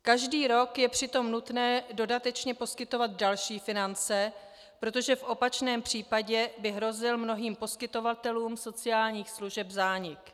Každý rok je přitom nutné dodatečně poskytovat další finance, protože v opačném případě by hrozil mnohým poskytovatelům sociálních služeb zánik.